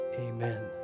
Amen